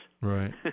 Right